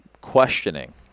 questioning